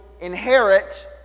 inherit